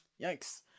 yikes